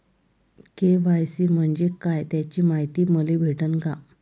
KYC म्हंजे काय त्याची मायती मले भेटन का?